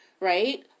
right